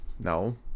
No